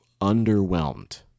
underwhelmed